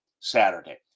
Saturday